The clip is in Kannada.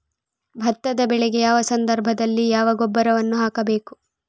ಭತ್ತದ ಬೆಳೆಗೆ ಯಾವ ಸಂದರ್ಭದಲ್ಲಿ ಯಾವ ಗೊಬ್ಬರವನ್ನು ಹಾಕಬೇಕು?